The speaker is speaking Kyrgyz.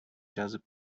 жазып